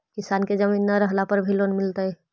किसान के जमीन न रहला पर भी लोन मिलतइ?